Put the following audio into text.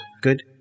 good